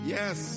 yes